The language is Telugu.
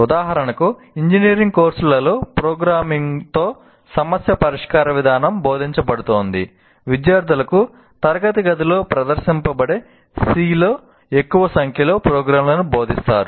ఉదాహరణకు ఇంజనీరింగ్ కోర్సులలో ప్రోగ్రామింగ్తో సమస్య పరిష్కార విధానం బోధించబడుతోంది విద్యార్థులకు తరగతి గదిలో ప్రదర్శించబడే 'C' లో ఎక్కువ సంఖ్యలో ప్రోగ్రామ్లను బోధిస్తారు